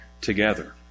together